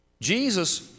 Jesus